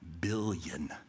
billion